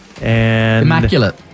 Immaculate